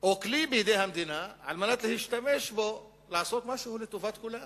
או כלי בידי המדינה על מנת להשתמש בו לעשות משהו לטובת כולם.